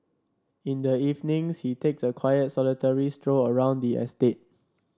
in the evenings he takes a quiet solitary stroll around the estate